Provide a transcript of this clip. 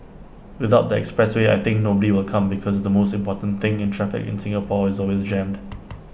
without the expressway I think nobody will come because the most important thing in traffic in Singapore is always jammed